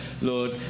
Lord